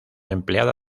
empleada